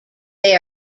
they